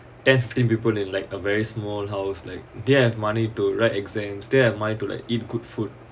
ten fifteen people in like a very small house like didn't have money to write exams didn't have money to like eat good food